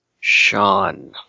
Sean